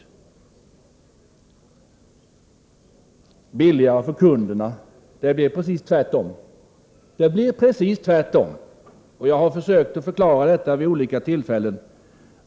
Det sägs också att det blir billigare för kunderna. Det blir precis tvärtom. Jag har försökt förklara detta vid olika tillfällen.